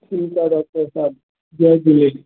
ठीकु आहे डॉक्टर साहिबु जय झूले